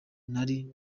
nari